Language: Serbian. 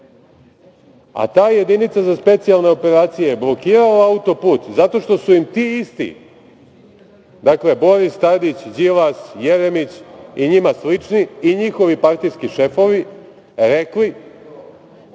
Ta Jedinica za specijalne operacije blokirala autoput zato što su im ti isti, dakle, Boris Tadić, Đilas, Jeremić i njima slični i njihovi partijski šefovi, rekli